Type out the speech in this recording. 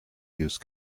use